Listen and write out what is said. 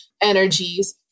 energies